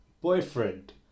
boyfriend